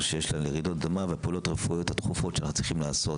שיש לצורך רעידות אדמה והפעולות הרפואיות הדחופות שצריכים לעשות,